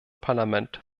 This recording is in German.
parlament